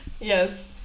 Yes